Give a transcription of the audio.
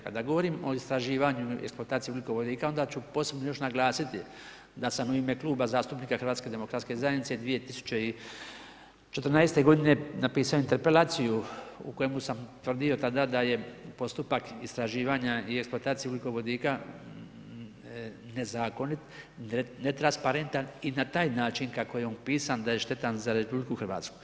Kada govorim o istraživanju i eksploataciji ugljikovodika, onda ću posebno još naglasiti, da sam u ime Kluba zastupnika HDZ-a 2014. g. napisao interpelaciju, u kojemu sam tvrdio tada, da je postupak istraživanja i eksploatacija ugljikovodika nezakonit, netransparentan i na taj način, kako je opisan da je štetan za RH.